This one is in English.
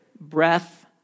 breath